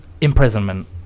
imprisonment